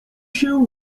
się